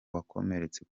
wakomeretse